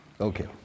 okay